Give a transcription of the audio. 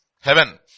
Heaven